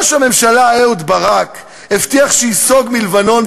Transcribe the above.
ראש הממשלה אהוד ברק הבטיח שייסוג מלבנון,